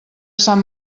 sant